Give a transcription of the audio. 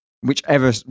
whichever